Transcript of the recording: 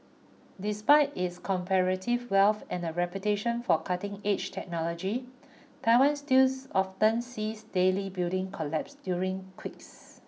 despite its comparative wealth and a reputation for cutting edge technology Taiwan stills often sees deadly building collapse during quicks